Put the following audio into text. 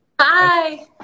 Hi